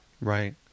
Right